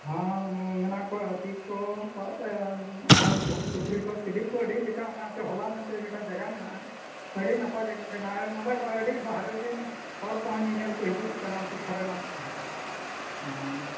ᱦᱚᱸ ᱢᱮᱱᱟᱜ ᱠᱚᱣᱟ ᱦᱟᱹᱛᱤ ᱠᱚ ᱟᱨ ᱵᱩᱨᱩ ᱥᱩᱠᱨᱤ ᱠᱚ ᱪᱤᱞᱤ ᱠᱚ ᱟᱹᱰᱤ ᱞᱮᱠᱟ ᱚᱱᱟᱪᱚ ᱦᱚᱞᱟ ᱢᱮᱱᱛᱮ ᱢᱤᱫᱴᱮᱱ ᱡᱟᱜᱟ ᱢᱮᱱᱟᱜᱼᱟ ᱟᱹᱰᱤ ᱱᱟᱯᱟᱭ ᱡᱟᱭᱜᱟ ᱠᱟᱱᱟ ᱚᱸᱰᱮ ᱟᱹᱰᱤ ᱵᱟᱨᱦᱮᱨᱤᱱ ᱦᱚᱲ ᱠᱚᱦᱚᱸ ᱧᱮᱧᱮᱞ ᱠᱚ ᱦᱤᱡᱩᱜ ᱠᱟᱱᱟ ᱩᱱᱠᱩ ᱯᱷᱚᱨᱮᱱᱟᱨ ᱠᱚᱦᱚᱸ ᱦᱚᱸ